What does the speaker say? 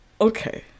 Okay